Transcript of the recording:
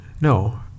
No